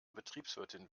betriebswirtin